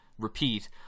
repeat